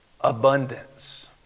abundance